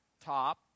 top